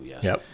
yes